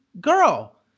girl